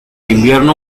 invierno